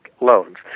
loans